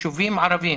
בישובים ערביים: